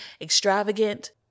extravagant